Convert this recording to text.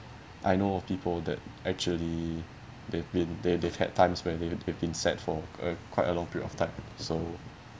I know people that actually they've been they they've had times where they they've been sad for a quite a long period of time so